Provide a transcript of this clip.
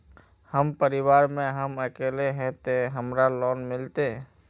हम परिवार में हम अकेले है ते हमरा लोन मिलते?